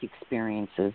experiences